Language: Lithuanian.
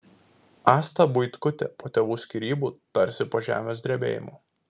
asta buitkutė po tėvų skyrybų tarsi po žemės drebėjimo